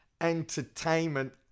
entertainment